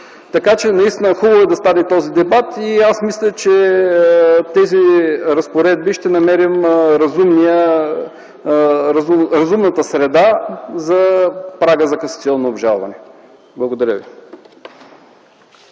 решение. Наистина, хубаво е да стане този дебат и мисля, че в тези разпоредби ще намерим разумната среда за прага за касационно обжалване. Благодаря ви.